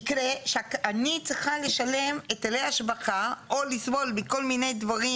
יקרה שאני צריכה לשלם היטלי השבחה או לסבול מכל מיני דברים